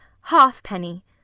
Halfpenny